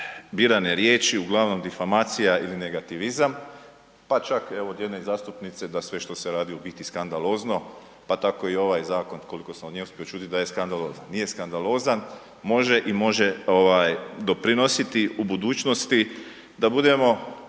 birane riječi, uglavnom difamacija ili negativizam, pa čak evo, i od jedne zastupnice da sve što se radi je u biti skandalozno, pa tako i ovaj zakon, koliko sam od nje uspio čuti, da je skandalozan. Nije skandalozan, može i može doprinositi u budućnosti da budemo